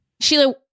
Sheila